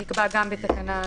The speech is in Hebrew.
נקבע גם בתקנה (13)